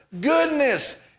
goodness